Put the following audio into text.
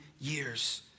years